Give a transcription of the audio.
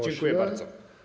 Dziękuję bardzo.